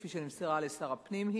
כפי שנמסרה לשר הפנים,